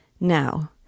Now